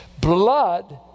Blood